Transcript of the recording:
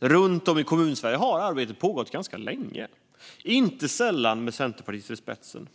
Runt om i Kommunsverige har arbetet pågått ganska länge, inte sällan med centerpartister i spetsen.